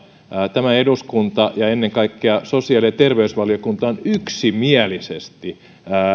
tämä eduskunta ja ennen kaikkea sosiaali ja terveysvaliokunta on yksimielisesti